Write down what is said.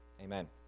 Amen